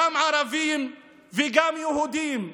גם ערבים וגם יהודים?